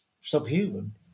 subhuman